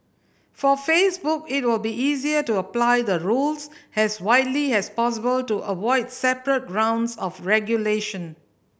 for Facebook it will be easier to apply the rules as widely as possible to avoid separate rounds of regulation